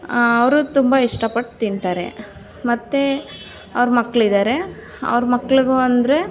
ಅವರು ತುಂಬ ಇಷ್ಟ ಪಟ್ಟು ತಿಂತಾರೆ ಮತ್ತೆ ಅವ್ರ ಮಕ್ಕಳಿದ್ದಾರೆ ಅವ್ರ ಮಕ್ಳಿಗೂ ಅಂದರೆ